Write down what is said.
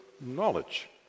knowledge